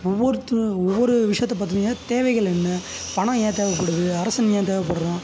ஒவ்வொருத்தர் ஒவ்வொரு விஷயத்தை பற்றிய தேவைகள் என்ன பணம் ஏன் தேவைப்படுது அரசன் ஏன் தேவைப்பட்றான்